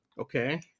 Okay